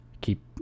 keep